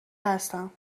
هستم